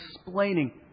explaining